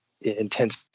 intense